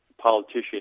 politician